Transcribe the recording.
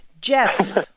Jeff